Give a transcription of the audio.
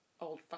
old